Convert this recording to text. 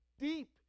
deep